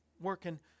working